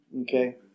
Okay